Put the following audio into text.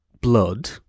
Blood